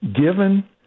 given